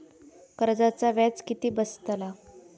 कर्जाचा व्याज किती बसतला?